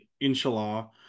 Inshallah